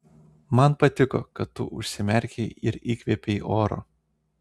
man patiko kad tu užsimerkei ir įkvėpei oro